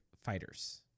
fighters